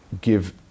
give